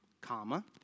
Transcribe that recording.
comma